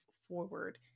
forward